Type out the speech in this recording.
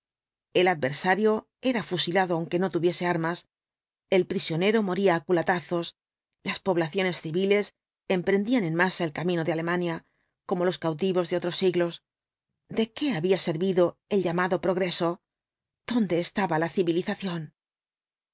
el adversario era fusilado aunque no tuviese armas el prisionero moría á culatazos las poblaciones civiles em prendían en masa el camino de alemania como los cautivos de otros siglos de qué había servido el llamado progreso dónde estaba la civilización